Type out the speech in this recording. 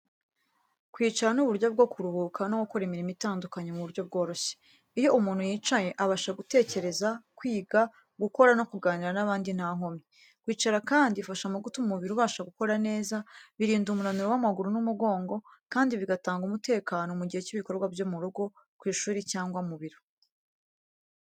Kwicara ni uburyo bwo kuruhuka no gukora imirimo itandukanye mu buryo bworoshye. Iyo umuntu yicaye, abasha gutekereza, kwiga, gukora no kuganira n’abandi nta nkomyi. Kwicara kandi bifasha mu gutuma umubiri ubasha gukora neza, birinda umunaniro w’amaguru n’umugongo, kandi bigatanga umutekano mu gihe cy’ibikorwa byo mu rugo, ku ishuri cyangwa mu biro.